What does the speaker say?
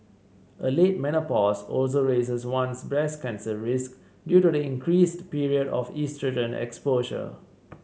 a late menopause also raises one's breast cancer risk due to the increased period of oestrogen exposure